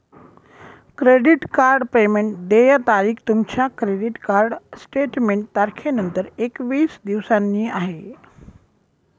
credit card payment देय तारीख तुमच्या क्रेडिट कार्ड स्टेटमेंट तारखेनंतर एकवीस दिवसांनी आहे